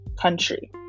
Country